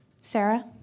Sarah